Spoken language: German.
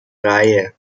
reihe